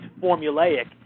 formulaic